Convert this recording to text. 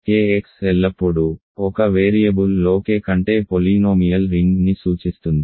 K x ఎల్లప్పుడూ ఒక వేరియబుల్లో K కంటే బహుపది రింగ్ని సూచిస్తుంది